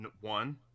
One